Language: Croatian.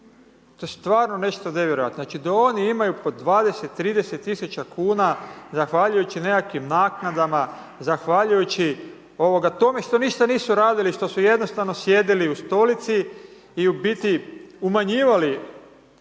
To je stvarno nešto nevjerojatno. Da oni imaju po 20-30 tisuća kuna, zahvaljujući nekakvim naknadama, zahvaljujući tome što ništa nisu radili, što su jednostavno sjedili u stolici i u biti umanjivali